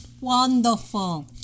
Wonderful